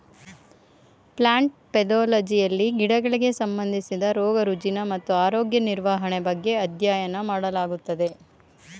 plant ಪೆದೊಲಜಿಯಲ್ಲಿ ಗಿಡಗಳಿಗೆ ಸಂಬಂಧಿಸಿದ ರೋಗ ರುಜಿನ ಮತ್ತು ಆರೋಗ್ಯ ನಿರ್ವಹಣೆ ಬಗ್ಗೆ ಅಧ್ಯಯನ ಮಾಡಲಾಗುತ್ತದೆ